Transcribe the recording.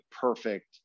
perfect